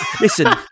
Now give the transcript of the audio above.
Listen